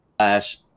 slash